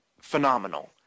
phenomenal